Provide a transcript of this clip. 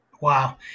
Wow